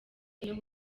iyo